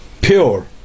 pure